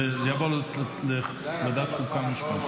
וזה יעבור לוועדת החוקה.